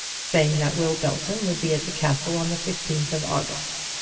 saying that will belton would be at the castle on the fifteenth of august.